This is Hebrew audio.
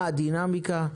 מה הדינמיקה?